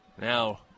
Now